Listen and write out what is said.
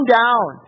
down